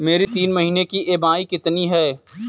मेरी तीन महीने की ईएमआई कितनी है?